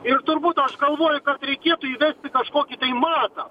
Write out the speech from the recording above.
ir turbūt aš galvoju kad reikėtų įvesti kažkokį tai matą